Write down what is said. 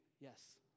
Yes